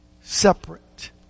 Separate